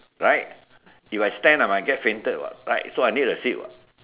right if I stand I might get fainted what right so I need to sit what